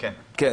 כן.